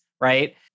right